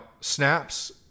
snaps